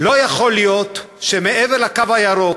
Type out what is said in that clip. לא יכול להיות שמעבר לקו הירוק,